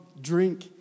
drink